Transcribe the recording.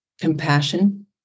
compassion